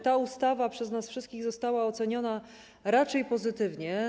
Ta ustawa przez nas wszystkich została oceniona raczej pozytywnie.